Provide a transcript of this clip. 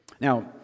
now